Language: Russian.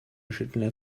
решительный